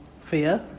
fear